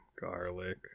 garlic